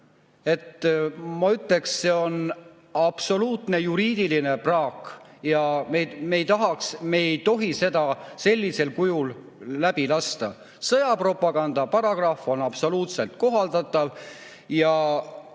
Ma ütleks, et see on absoluutne juriidiline praak, ja me ei tohi seda sellisel kujul läbi lasta. Sõjapropaganda paragrahv on absoluutselt kohaldatav ja